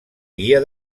guia